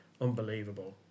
Unbelievable